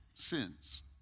Sins